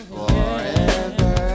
forever